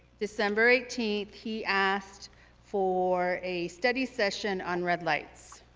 december eighteenth, he asked for a study session on red lights.